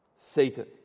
Satan